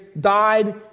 died